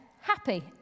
happy